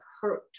hurt